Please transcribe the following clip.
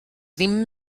ddim